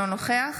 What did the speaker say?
אינו נוכח